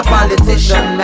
Politician